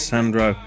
Sandro